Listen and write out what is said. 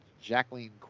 Jacqueline